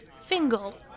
Fingal